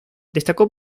destacó